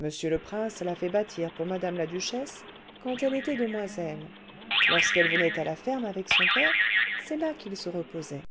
m le prince l'a fait bâtir pour mme la duchesse quand elle était demoiselle lorsqu'elle venait à la ferme avec son père c'est là qu'ils se reposaient